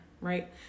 right